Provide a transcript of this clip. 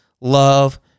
love